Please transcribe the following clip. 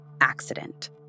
accident